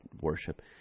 worship